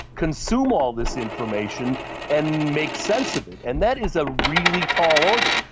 consume all this information and make sense of it, and that is a really tall order.